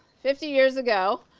fifty years ago,